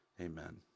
amen